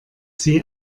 sie